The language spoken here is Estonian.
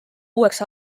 uueks